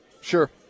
Sure